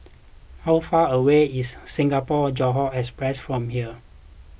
how far away is Singapore Johore Express from here